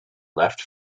left